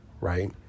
right